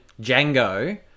Django